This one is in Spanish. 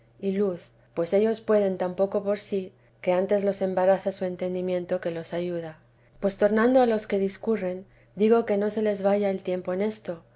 y luz pues ellos pueden tan poco por sí que antes los embaraza su entendimiento que los ayuda pues tornando a los que discurren digo que no se les vaya el tiempo en esto